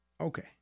okay